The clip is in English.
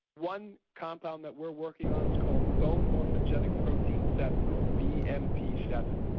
one compound that we're working on is called bone morphogenic protein seven or b m p seven.